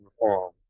reform